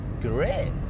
great